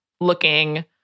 looking